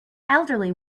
elderly